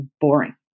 boring